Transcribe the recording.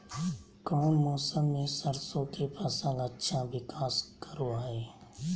कौन मौसम मैं सरसों के फसल अच्छा विकास करो हय?